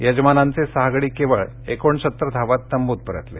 यजमानांचे सहा गडी केवळ एकोणसत्तर धावांत तंबूत परतले